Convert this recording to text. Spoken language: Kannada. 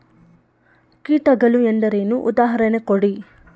ಕೀಟಗಳು ಎಂದರೇನು? ಉದಾಹರಣೆ ಕೊಡಿ?